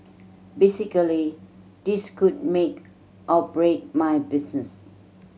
basically this could make or break my business